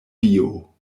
dio